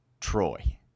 Troy